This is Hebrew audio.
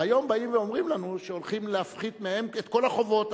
והיום באים ואומרים לנו שהולכים להפחית מהם את כל החובות.